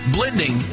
Blending